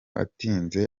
atsinze